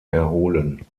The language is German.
erholen